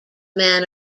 man